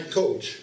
coach